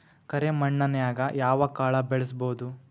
ಕರೆ ಮಣ್ಣನ್ಯಾಗ್ ಯಾವ ಕಾಳ ಬೆಳ್ಸಬೋದು?